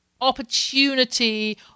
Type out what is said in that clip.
opportunity